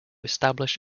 establish